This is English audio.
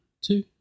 two